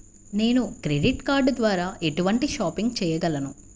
నేను credit card ద్వార ఎటువంటి షాపింగ్ చెయ్యగలను?